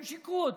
הם שיקרו לי.